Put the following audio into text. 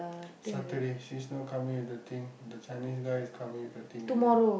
Saturday she's not coming with the thing the tennis guy is coming with the thing again